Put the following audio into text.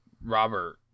Robert